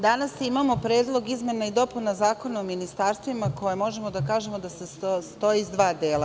Danas imamo predlog izmena i dopuna Zakona o ministarstvima za koji možemo da kažemo da se sastoji iz dva dela.